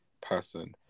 person